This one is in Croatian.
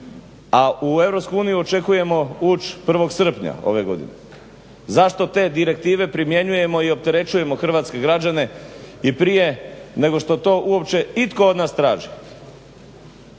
a u EU očekujemo ući 1. srpnja ove godine. Zašto te direktive primjenjujemo i opterećujemo hrvatske građane i prije nego što to uopće itko od nas traži?